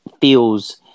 feels